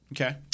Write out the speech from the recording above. okay